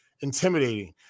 intimidating